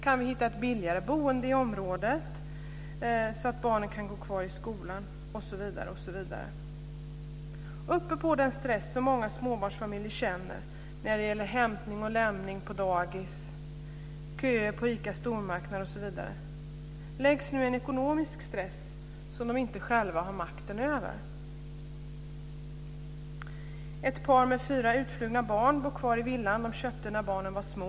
Kan man hitta ett billigare boende i området, så att barnen kan gå kvar i skolan, osv.? Till den stress som många småbarnsfamiljer känner av hämtning och lämning på dagis, köer på ICA Stormarknad osv. läggs nu en ekonomisk stress som de inte själva har makten över. Ett par med fyra utflugna barn bor kvar i den villa som de köpte när barnen var små.